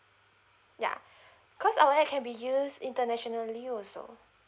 ya cause our app can be used internationally also